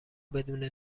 بدون